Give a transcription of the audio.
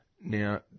Now